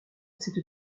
cette